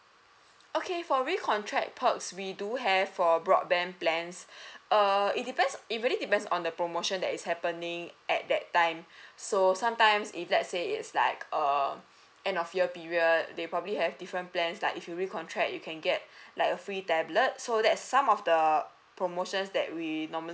okay for re-contract perks we do have for broadband plans err it depends it really depends on the promotion that is happening at that time so sometimes if let's say it's like err end of year period they probably have different plans like if you re-contract you can get like a free tablet so that's some of the promotions that we normally